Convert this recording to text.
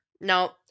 No